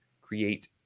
Create